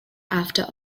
after